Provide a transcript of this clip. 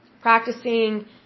practicing